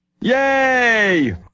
Yay